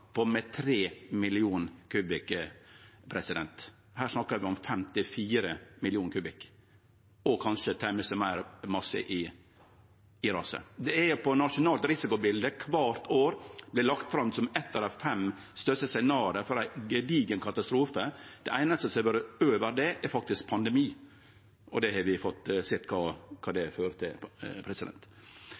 på land. Det var 3 mill. kubikkmeter – her snakkar vi om 54 mill. kubikkmeter, og kanskje tek raset med seg meir masse også. Kvart år vert det i det nasjonale risikobildet lagt fram som eitt av dei fem største scenarioa for ei gedigen katastrofe. Det einaste som har vore over dette, er pandemi – og vi har sett kva det fører til. Så eg er veldig glad for at det ser ut til